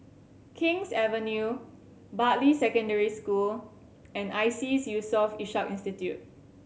King's Avenue Bartley Secondary School and ISEAS Yusof Ishak Institute